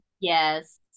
Yes